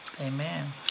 Amen